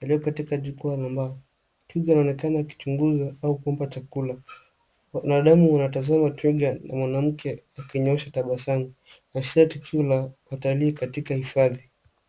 walio katika jukwaa la mbao. Twiga anaonekana akichunguza au kumpa chakula. Wanadamu wanatazama twiga na mwanamke akionyesha tabasamu. Linaonyesha tukio la watalii katika uhifadhi.